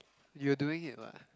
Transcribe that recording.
you're doing it [what]